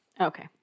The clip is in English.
Okay